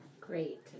Great